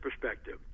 perspective